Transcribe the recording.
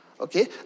Okay